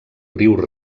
riu